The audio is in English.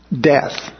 death